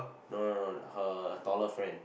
no no no her taller friend